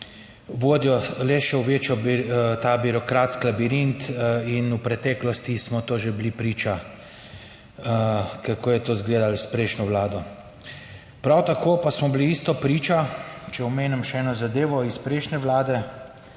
vodijo le še v večjo, ta birokratski labirint in v preteklosti smo to že bili priča, kako je to izgledalo s prejšnjo vlado. Prav tako pa smo bili isto priča, če omenim še eno zadevo iz prejšnje vlade